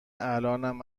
الان